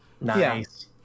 Nice